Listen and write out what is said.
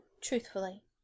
truthfully